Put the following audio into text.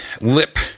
lip